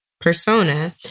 persona